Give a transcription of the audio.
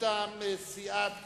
מטעם סיעת